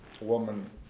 woman